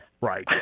Right